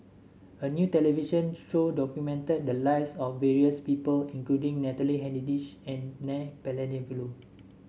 a new television show documented the lives of various people including Natalie Hennedige and N Palanivelu